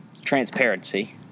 Transparency